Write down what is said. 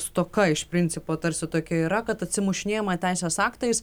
stoka iš principo tarsi tokia yra kad atsimušinėjama teisės aktais